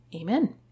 Amen